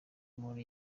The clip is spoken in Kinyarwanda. umuntu